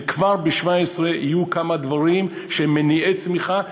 שכבר ב-17' יהיו כמה דברים שהם מניעי צמיחה,